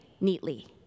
neatly